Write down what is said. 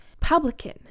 publican